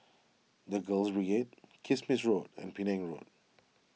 the Girls Kismis Road and Penang Road